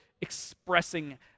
expressing